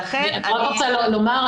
לכן --- אני רק רוצה לומר,